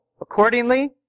accordingly